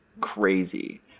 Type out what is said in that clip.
crazy